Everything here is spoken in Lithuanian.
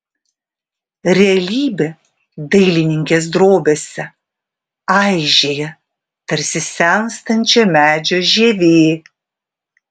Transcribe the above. realybė dailininkės drobėse aižėja tarsi senstančio medžio žievė